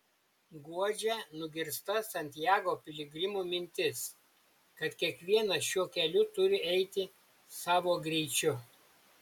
guodžia nugirsta santiago piligrimų mintis kad kiekvienas šiuo keliu turi eiti savo greičiu